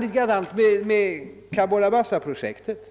likadant när det gäller Cabora Bassa-projektet.